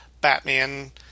Batman